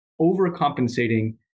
overcompensating